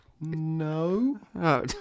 no